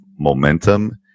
momentum